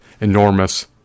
enormous